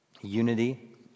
unity